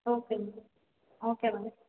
okay ma'am okay ma'am